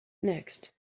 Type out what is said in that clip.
next